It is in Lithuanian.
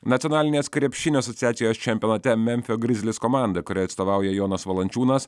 nacionalinės krepšinio asociacijos čempionate memfio grizlis komanda kuriai atstovauja jonas valančiūnas